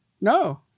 No